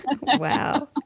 Wow